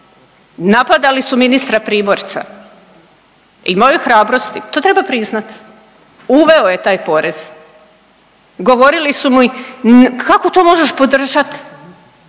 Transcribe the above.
Napadali su ministra Primorca. Imao je hrabrosti, to treba priznati. Uveo je taj porez. Govorili su mi kako to možeš podržati?